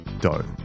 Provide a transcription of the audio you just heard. dough